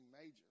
major